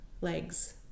legs